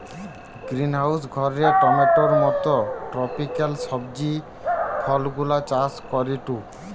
greenhouse ঘরে টমেটোর মত ট্রপিকাল সবজি ফলগুলা চাষ করিটু